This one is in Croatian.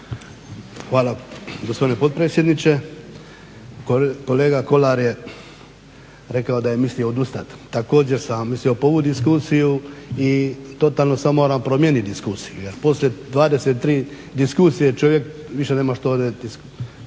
Hvala gospodine potpredsjedniče. Kolega Kolar je rekao da je mislio odustati. Također sam mislio povući diskusiju i totalno sad moram promijeniti diskusiju jer poslije 23 diskusije čovjek više nema što